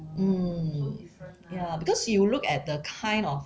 mm ya because you look at the kind of